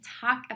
talk